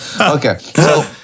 Okay